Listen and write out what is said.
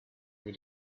with